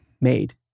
made